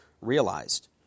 realized